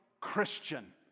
Christian